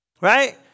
Right